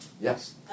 Yes